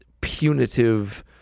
punitive